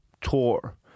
tour